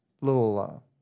little